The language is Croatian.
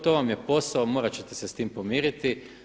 To vam je posao, morat ćete se s tim pomiriti.